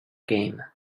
game